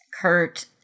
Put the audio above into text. Kurt